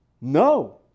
no